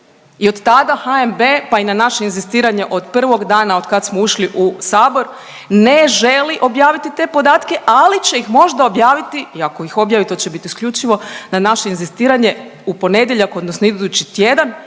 i od tada HNB pa i na naše inzistiranje od prvog dana od kad smo ušli u sabor ne želi objaviti te podatke, ali će ih možda objaviti i ako ih objavi to će biti isključivo na naše inzistiranje u ponedjeljak odnosno idući tjedan